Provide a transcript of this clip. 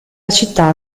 città